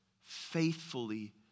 faithfully